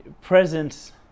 presence